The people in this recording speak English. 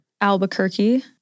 Albuquerque